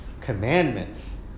commandments